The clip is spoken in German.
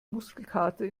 muskelkater